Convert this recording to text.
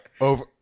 Over